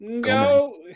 Go